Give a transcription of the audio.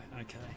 okay